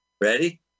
Ready